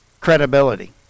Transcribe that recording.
credibility